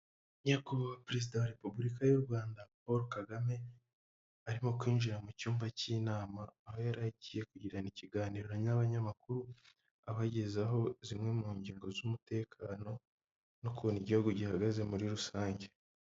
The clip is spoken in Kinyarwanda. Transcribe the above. Nyakubahwa perezida wa Repubulika y'u Rwanda Paul Kagame arimo kwinjira mu cyumba cy'inama, aho yari yagiye kugirana ikiganiro n'abanyamakuru abagezaho zimwe mu ngingo z'umutekano n'ukuntu igihugu gihagaze muri rusange.